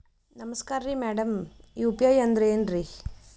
ನಮಸ್ಕಾರ್ರಿ madam UPI ಅಂದ್ರೆನ್ರಿ?